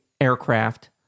aircraft